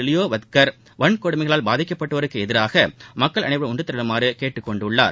Leo Varadkar வன்கொடுமைகளால் பாதிக்கப்பட்டோருக்கு எதிராக மக்கள் அனைவரும் ஒன்றுதிரளுமாறு கேட்டுக்கொண்டுள்ளார்